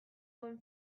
duen